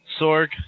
Sorg